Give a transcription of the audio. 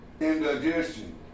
indigestion